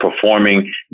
performing